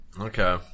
Okay